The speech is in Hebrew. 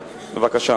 להחזיר אותם, בבקשה.